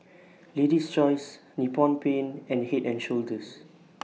Lady's Choice Nippon Paint and Head and Shoulders